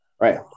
right